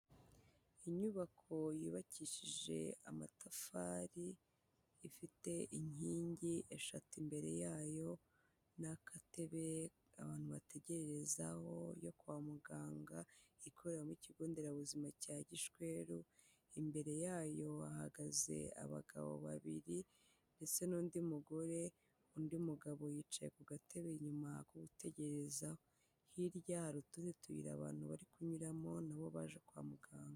Inyubako yubakishije amatafari, ifite inkingi eshatu imbere yayo n'agatebe abantu bategerezaho yo kwa muganga, ikoreramo ikigo nderabuzima cya Gishweru imbere yayo hahagaze abagabo babiri ndetse n'undi mugore, undi mugabo yicaye ku gatebe inyuma ko gutegereza, hirya hari utundi tuyira abantu bari kunyuramo nabo baje kwa muganga.